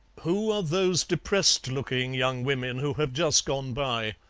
who are those depressed-looking young women who have just gone by?